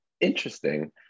Interesting